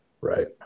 right